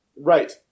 Right